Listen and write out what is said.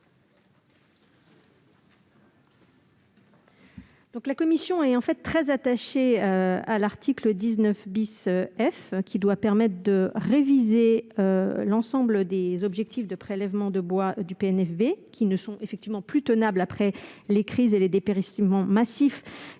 La commission est très attachée à l'article 19 F, qui doit permettre de réviser l'ensemble des objectifs du PNFB. Ces objectifs ne sont effectivement plus tenables après les crises et les dépérissements massifs